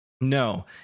no